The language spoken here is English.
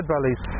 Valleys